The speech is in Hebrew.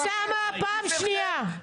אוסאמה, פעם שנייה.